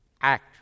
act